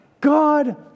God